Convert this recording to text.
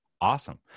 Awesome